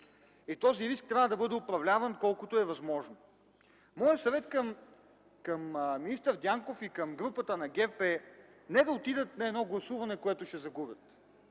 Този риск трябва да бъде управляван колкото е възможно. Моят съвет към министър Дянков и към групата на ГЕРБ е не да отидат на едно гласуване, което ще загубят,